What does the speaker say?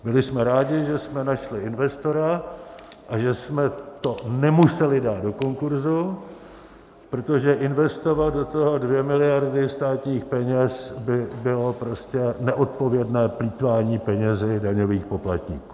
Byli jsme rádi, že jsme našli investora a že jsme to nemuseli dát do konkurzu, protože investovat do toho 2 mld. státních peněz by bylo prostě neodpovědné plýtvání penězi daňových poplatníků.